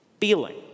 feeling